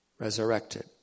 resurrected